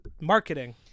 Marketing